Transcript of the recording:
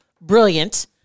brilliant